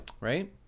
right